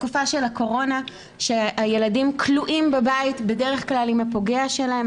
בתקופה של הקורונה שהילדים כלואים בבית בדרך כלל עם הפוגע שלהם,